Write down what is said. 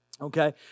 okay